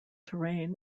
terrain